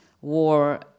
war